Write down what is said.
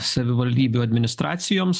savivaldybių administracijoms